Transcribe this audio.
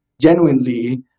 genuinely